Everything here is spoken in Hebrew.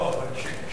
לא, אבל כשיועבר?